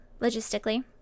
logistically